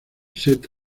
set